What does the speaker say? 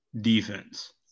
defense